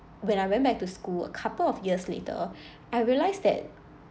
when I went back to school a couple of years later I realise that